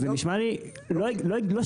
זה נשמע לי לא שפוי.